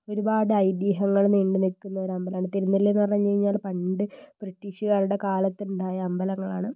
ഒരുപാട് ഐതിഹ്യങ്ങൾ നീണ്ടുനിൽക്കുന്ന ഒരു അമ്പലമാണ് തിരുനെല്ലിയെന്ന് പറഞ്ഞു കഴിഞ്ഞ് കഴിഞ്ഞാൽ പണ്ട് ബ്രിട്ടീഷുകാരുടെ കാലത്തുണ്ടായ അമ്പലങ്ങളാണ്